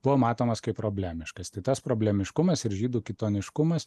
buvo matomas kaip problemiškas tai tas problemiškumas ir žydų kitoniškumas